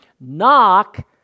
Knock